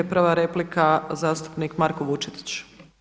Prva replika zastupnik Marko Vučetić.